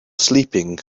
sleeping